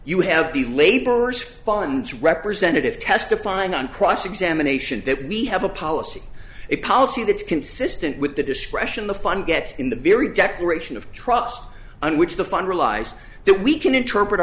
you have the laborer's funds representative testifying on cross examination that we have a policy a policy that is consistent with the discretion the fund gets in the very declaration of trust on which the fund realized that we can interpret